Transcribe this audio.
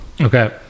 Okay